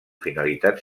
finalitats